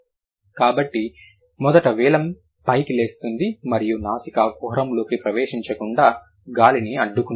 కాబట్టి మొదట వెలమ్ పైకి లేస్తుంది మరియు నాసికా కుహరంలోకి ప్రవేశించకుండా గాలిని అడ్డుకుంటుంది